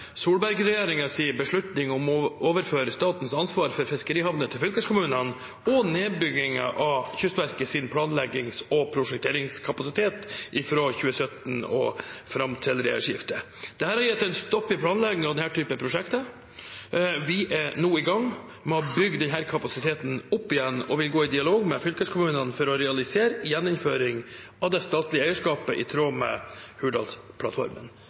beslutning om å overføre statens ansvar for fiskerihavner til fylkeskommunene og nedbyggingen av Kystverkets planleggings- og prosjekteringskapasitet fra 2017 og fram til regjeringsskiftet. Dette har gitt en stopp i planleggingen av denne typen prosjekter. Vi er nå i gang med å bygge den kapasiteten opp igjen og vil gå i dialog med fylkeskommunene for å realisere gjeninnføring av det statlige eierskapet i tråd med Hurdalsplattformen.